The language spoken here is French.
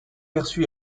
perçu